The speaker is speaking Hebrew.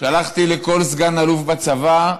שלחתי לכל סגן אלוף בצבא,